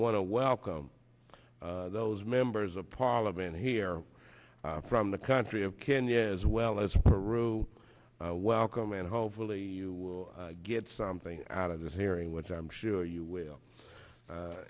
want to welcome those members of parliament here from the country of kenya as well as peru welcome and hopefully you will get something out of this hearing which i'm sure you will